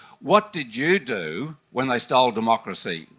what did you do when they stole democracy,